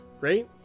right